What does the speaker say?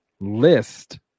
list